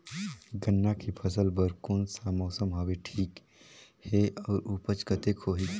गन्ना के फसल बर कोन सा मौसम हवे ठीक हे अउर ऊपज कतेक होही?